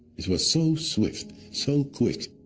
it was so swift, so quick,